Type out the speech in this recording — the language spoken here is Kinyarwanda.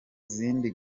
zindi